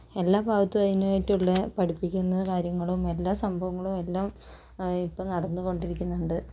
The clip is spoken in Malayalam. എല്ലാ ഭാഗത്തും അതിന് പറ്റിയുള്ള പഠിപ്പിക്കുന്ന കാര്യങ്ങളും എല്ലാ സംഭവങ്ങളും എല്ലാം ഇപ്പോൾ നടന്നുക്കൊണ്ടിരിക്കുന്നുണ്ട്